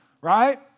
Right